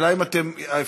תודה רבה לך, אדוני.